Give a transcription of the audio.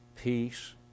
peace